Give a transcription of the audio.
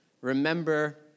remember